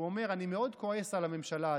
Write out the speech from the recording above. הוא אומר: אני מאוד כועס על הממשלה הזו.